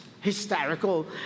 hysterical